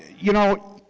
you know